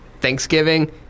Thanksgiving